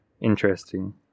interesting